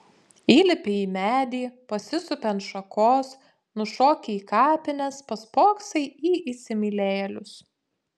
įlipi į medį pasisupi ant šakos nušoki į kapines paspoksai į įsimylėjėlius